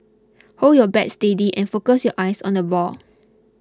hold your bat steady and focus your eyes on the ball